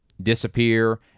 disappear